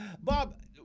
Bob